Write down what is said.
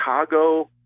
Chicago